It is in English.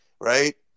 right